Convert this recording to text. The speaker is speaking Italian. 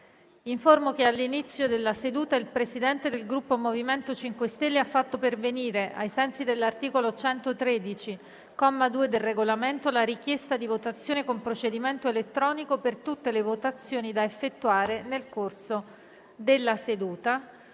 che all'inizio della seduta il Presidente del Gruppo MoVimento 5 Stelle ha fatto pervenire, ai sensi dell'articolo 113, comma 2, del Regolamento, la richiesta di votazione con procedimento elettronico per tutte le votazioni da effettuare nel corso della seduta.